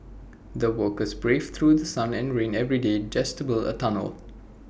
the workers braved through The Sun and rain every day just to build A tunnel